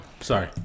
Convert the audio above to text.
Sorry